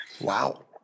wow